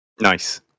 Nice